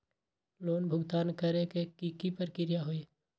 Loan भुगतान करे के की की प्रक्रिया होई?